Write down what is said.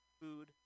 food